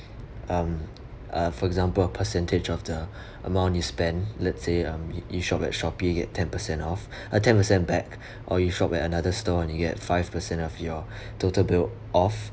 um uh for example a percentage of the amount you spend let's say um you you shop at shopee you get ten percent off uh ten percent back or you shop at another store and you get five percent of your total bill off